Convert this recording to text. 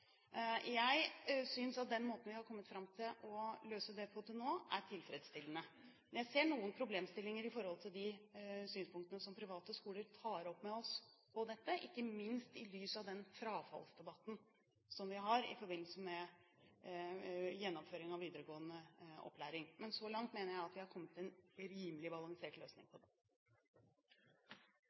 Jeg synes at den måten vi har kommet fram til å løse det på til nå, er tilfredsstillende. Men jeg ser noen problemstillinger i synspunktene som de private skolene tar opp med oss om dette, ikke minst i lys av den frafallsdebatten vi har i forbindelse med gjennomføring av videregående opplæring. Men så langt mener jeg at vi har kommet fram til en rimelig balansert løsning på det.